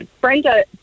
Brenda